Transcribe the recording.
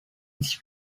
his